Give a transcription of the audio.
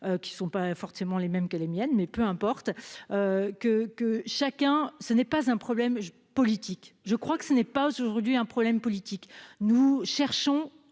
qui sont pas forcément les mêmes que les miennes mais peu importe. Que que chaque. Aucun. Ce n'est pas un problème politique, je crois que ce n'est pas aujourd'hui un problème politique. Nous cherchons